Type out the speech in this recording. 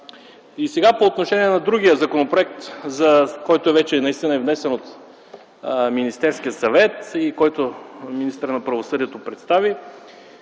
По отношение на другия законопроект, който наистина вече е внесен от Министерския съвет, и който министърът на правосъдието представи